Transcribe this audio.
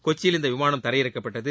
கொச்சியில் இந்த விமானம் தரையிறக்கப்பட்டது